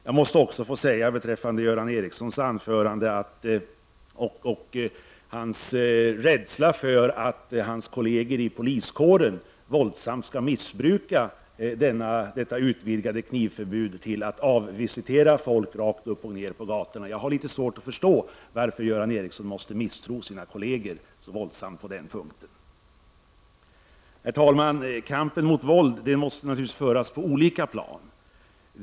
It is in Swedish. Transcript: Jag måste också säga beträffande Göran Ericssons anförande och hans rädsla för att hans kolleger i poliskåren våldsamt skall missbruka detta utvidgade knivförbud genom att avvisitera folk hur som helst på gatorna, att jag har litet svårt att förstå varför Göran Ericsson i så hög grad måste misstro sina kolleger på den punkten. Herr talman! Kampen mot våld måste naturligtvis föras på olika plan.